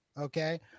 okay